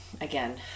Again